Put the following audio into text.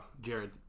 Jared